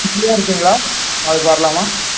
பிசியாக இருக்கீங்களா நாளைக்கு வரலாமா